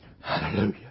Hallelujah